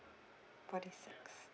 forty six